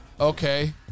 Okay